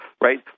right